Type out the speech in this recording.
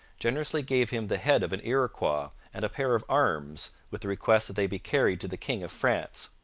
generously gave him the head of an iroquois and a pair of arms, with the request that they be carried to the king of france.